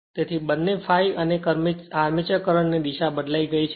તેથી બંને ∅ અને આર્મચર કરંટ ની દિશા બદલાઈ ગઈ છે